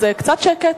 קצת שקט.